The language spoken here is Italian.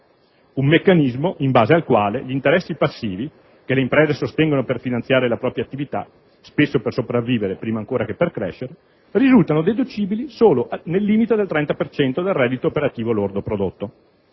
Un meccanismo in base al quale gli interessi passivi (che le imprese sostengono per finanziare la propria attività, spesso per sopravvivere prima ancora che per crescere) risultano deducibili solo nel limite del 30 per cento del reddito operativo lordo prodotto.